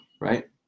Right